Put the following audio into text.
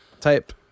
type